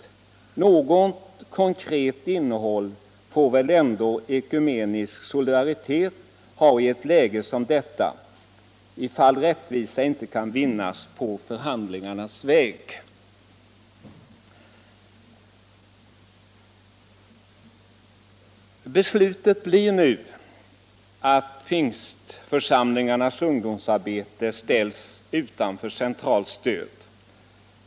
Något konkret innehåll får väl ändå ekumenisk solidaritet ha i ett läge som detta, ifall rättvisa inte kan vinnas på förhandlingarnas väg.” Beslutet blir nu att Pingstförsamlingarnas ungdomsarbete ställs utanför centralt stöd.